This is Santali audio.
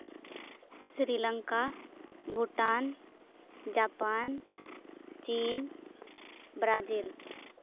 ᱥᱨᱤᱞᱚᱝᱠᱟ ᱵᱷᱩᱴᱟᱱ ᱡᱟᱯᱟᱱ ᱪᱤᱱ ᱵᱨᱟᱡᱤᱞ